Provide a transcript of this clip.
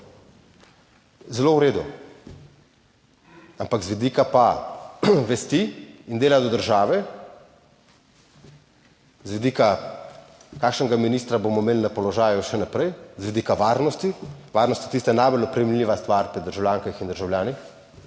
Zelo v redu. Ampak z vidika pa vesti in dela do države, z vidika, kakšnega ministra bomo imeli na položaju še naprej, z vidika varnosti, varnost je tista najbolj oprijemljiva stvar pri državljankah in državljanih,